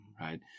right